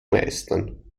meistern